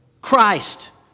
Christ